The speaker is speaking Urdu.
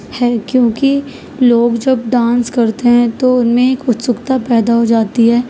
ہے کیونکہ لوگ جب ڈانس کرتے ہیں تو ان میں ایک اکسکتا پیدا ہو جاتی ہے